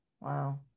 wow